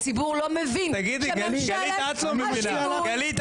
הציבור לא מבין שממשלת השינוי --- גלית,